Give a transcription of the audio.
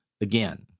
again